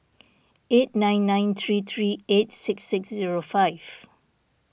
eight nine nine three three eight six six zero five